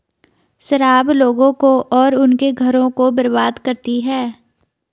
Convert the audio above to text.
शराब लोगों को और उनके घरों को बर्बाद करती है